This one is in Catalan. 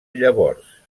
llavors